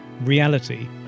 reality